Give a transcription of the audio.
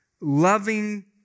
loving